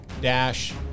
Dash